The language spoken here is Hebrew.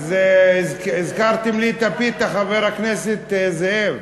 אז הזכרתם לי את הפיתה, חבר הכנסת זאב.